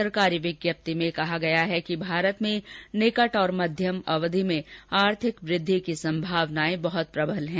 सरकारी विज्ञप्ति में कहा गया है कि भारत में निकट और मध्यम अवधि में आर्थिक वृद्धि की संभावनाएं बहत प्रबल हैं